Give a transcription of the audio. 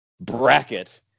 bracket